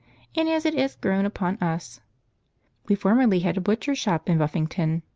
and as it as grown upon us we formerly had a butcher's shop in buffington,